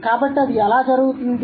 కాబట్టి అది ఎలా జరుగుతుంది